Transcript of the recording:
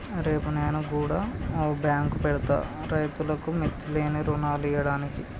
రేపు నేను గుడ ఓ బాంకు పెడ్తా, రైతులకు మిత్తిలేని రుణాలియ్యడానికి